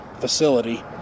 facility